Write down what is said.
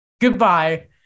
Goodbye